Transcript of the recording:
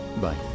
Bye